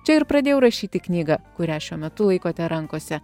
čia ir pradėjau rašyti knygą kurią šiuo metu laikote rankose